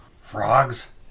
Frogs